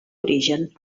origen